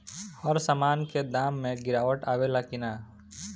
हर सामन के दाम मे गीरावट आवेला कि न?